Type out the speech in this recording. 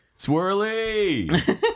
Swirly